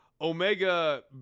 Omega